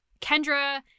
Kendra